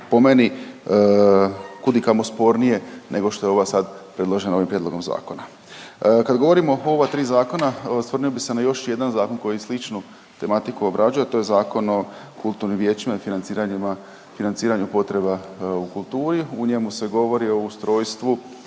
po meni kud i kamo spornije nego što je ova sad predložena ovim prijedlogom zakona. Kad govorimo o ova 3 zakona osvrnuo bi se na još jedan zakon koji sličnu tematiku obrađuje, a to je Zakon o kulturnim vijećima i financiranjima, financiranju potreba u kulturi. U njemu se govori o ustrojstvu